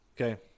Okay